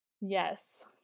Yes